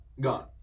Gone